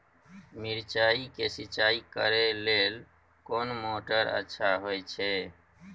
मिर्चाय के सिंचाई करे लेल कोन मोटर अच्छा होय छै?